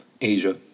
Asia